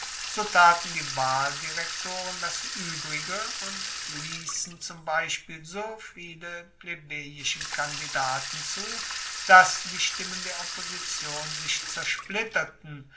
so taten die wahldirektoren das uebrige und liessen zum beispiel so viele plebejische kandidaten zu dass die stimmen der opposition sich zersplitterten